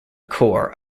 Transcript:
core